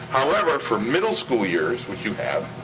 however, for middle school years, which you have,